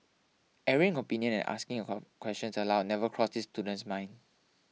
airing opinion and asking questions aloud never crossed this student's mind